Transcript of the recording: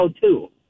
two